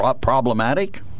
problematic